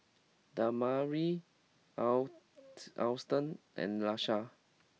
Damari out Alston and Laisha